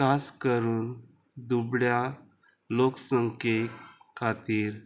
खास करून दुबळ्या लोकसंख्ये खातीर